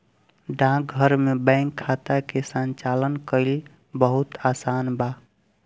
डाकघर में बैंक खाता के संचालन कईल बहुत आसान बा